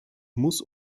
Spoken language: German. muss